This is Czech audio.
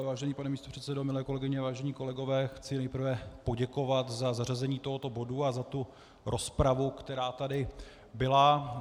Vážený pane místopředsedo, milé kolegyně, vážení kolegové, chci nejprve poděkovat za zařazení tohoto bodu a za rozpravu, která tady byla.